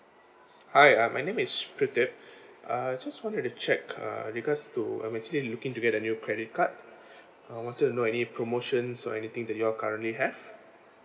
hi uh my name is pradeep uh just want to check uh because to I'm actually looking to get a new credit card I wanted to know any promotions or anything that you all currently have